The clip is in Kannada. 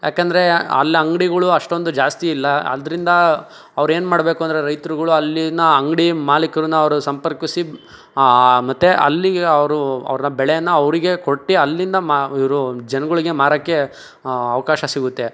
ಯಾಕೆಂದ್ರೆ ಅಲ್ಲಿ ಅಂಗ್ಡಿಗಳು ಅಷ್ಟೊಂದು ಜಾಸ್ತಿ ಇಲ್ಲ ಆದ್ರಿಂದ ಅವ್ರೇನು ಮಾಡಬೇಕು ಅಂದರೆ ರೈತರುಗಳು ಅಲ್ಲಿಯ ಅಂಗ್ಡಿ ಮಾಲೀಕ್ರನ್ನು ಅವರು ಸಂಪರ್ಕಿಸಿ ಮತ್ತೆ ಅಲ್ಲಿಗೆ ಅವರು ಅವ್ರನ್ನು ಬೆಳೆಯನ್ನು ಅವ್ರಿಗೆ ಕೊಟ್ಟು ಅಲ್ಲಿಂದ ಮಾ ಇವರು ಜನಗಳ್ಗೆ ಮಾರೋಕ್ಕೆ ಅವ್ಕಾಶ ಸಿಗುತ್ತೆ